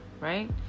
right